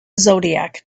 zodiac